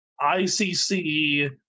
ICC